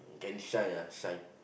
can shy lah shy